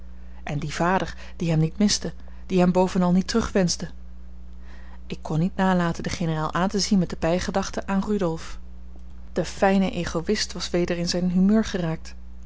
en die vader die hem niet miste die hem bovenal niet terugwenschte ik kon niet nalaten den generaal aan te zien met de bijgedachte aan rudolf de fijne egoïst was weder in zijn humeur geraakt